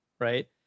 right